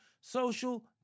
social